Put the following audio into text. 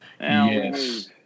Yes